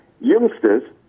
Youngsters